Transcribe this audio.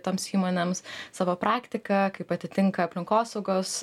toms įmonėms savo praktiką kaip atitinka aplinkosaugos